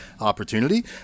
opportunity